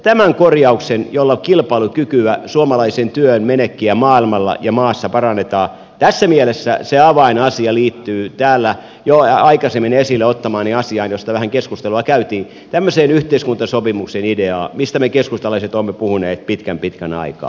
tämän korjauksen jolla kilpailukykyä suomalaisen työn menekkiä maailmalla ja maassa parannetaan avainasia tässä mielessä liittyy täällä jo aikaisemmin esille ottamaani asiaan josta vähän keskustelua käytiin tämmöiseen yhteiskuntasopimuksen ideaan mistä me keskustalaiset olemme puhuneet pitkän pitkän aikaa